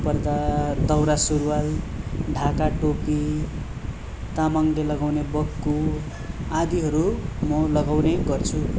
भन्नु पर्दा दौरा सुरुवाल ढाकाटोपी तामाङले लगाउने बक्कु आदिहरू म लगाउने गर्छु